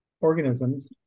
organisms